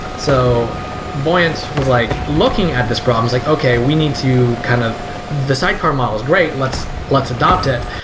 so buoyant was like looking at this problem. they're like, okay we need to kind of the sidecar model is great. let's let's adopt it.